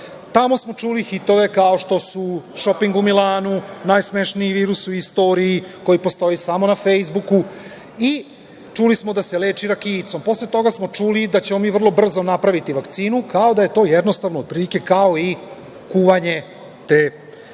Tamo smo čuli hitove kao što su, šoping u Milanu, najsmešniji virus u istoriji koji postoji samo na „fejsbuku“ i čuli smo da se leči rakijicom. Posle toga smo čuli da ćemo mi vrlo brzo napraviti vakcinu, kao da je to jednostavno otprilike kao i kuvanje te rakijice.I,